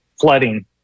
flooding